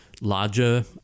larger